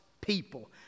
people